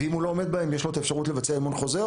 ואם הוא לא עומד בהם יש לו את האפשרות לבצע אימון חוזר,